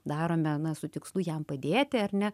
darome na su tikslu jam padėti ar ne